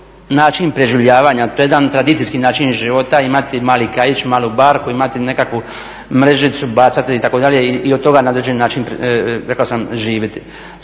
način preživljavanja to je jedan tradicijski način života imati mali kajić, malu barku, imati nekakvu mrežicu, bacati itd. i od toga na određeni način rekao sam živjeti.